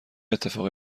اتفاقی